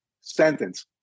sentence